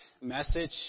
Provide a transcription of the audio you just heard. message